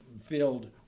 filled